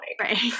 Right